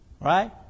Right